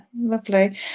lovely